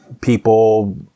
people